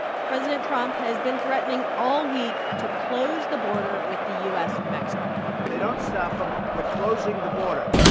president trump has been threatening all week to close the border with the u s. and mexico they don't stop them. we're closing the border.